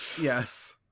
Yes